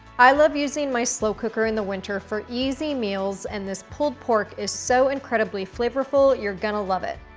i love using my slow cooker in the winter for easy meals and this pulled pork is so incredibly flavorful. you're gonna love it.